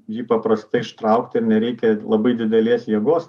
jį paprastai ištraukt ir nereikia labai didelės jėgos